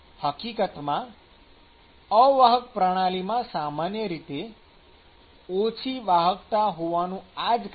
હકીકતમાં અવાહક પ્રણાલીમાં સામાન્ય રીતે ઓછી વાહકતા હોવાનું આ જ કારણ છે